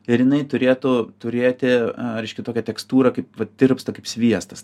ir jinai turėtų turėti reiškia tokią tekstūrą kaip va tirpsta kaip sviestas